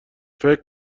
فکر